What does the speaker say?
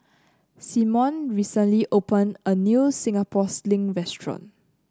Simone recently open a new Singapore Sling restaurant